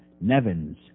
Nevins